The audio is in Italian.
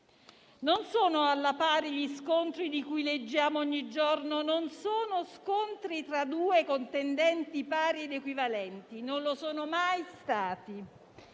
Non sono alla pari gli scontri di cui leggiamo ogni giorno, non sono scontri tra due contendenti pari ed equivalenti, non lo sono mai stati.